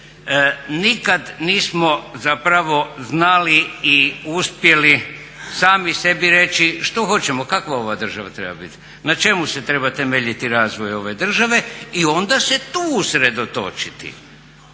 Nikad nismo zapravo znali i uspjeli sami sebi reći što hoćemo, kakva ova država treba biti, na čemu se treba temeljiti razvoj ove države i onda se tu usredotočiti.